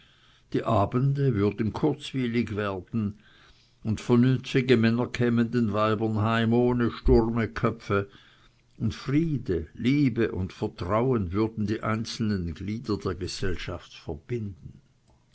die abende würden kurzwylig werden und vernünftige männer kämen den weibern heim ohne sturme köpfe und friede liebe und vertrauen würden die einzelnen glieder der gesellschaft eng verbinden